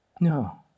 No